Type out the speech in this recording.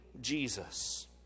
Jesus